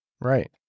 Right